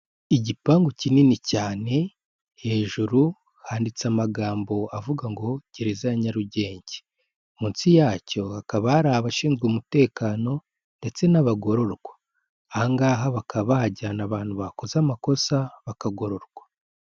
Igipangu kinini cyane, hejuru handitse amagambo avuga ngo gereza ya Nyarugenge. Munsi yacyo hakaba hari abashinzwe umutekano ndetse n'abagorororwa. Aha ngaha bakaba bahajyana abantu bakoze amakosa bakagororwa.